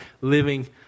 living